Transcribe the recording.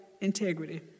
integrity